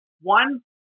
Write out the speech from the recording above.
one